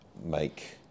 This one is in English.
make